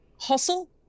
Hustle